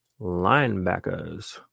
linebackers